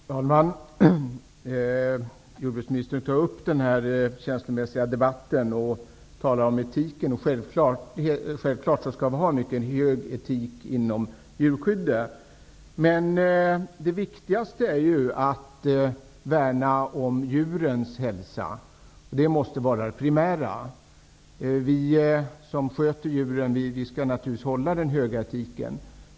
Fru talman! Jordbruksministern berör den känslomässiga sidan av debatten och talar om etik. Självfallet skall etiken vara mycket hög beträffande djurskyddet. Men viktigast är ändå att värna om djurens hälsa. Det måste vara det primära. Vi som håller på med djurskötsel skall naturligtvis iaktta hög etik.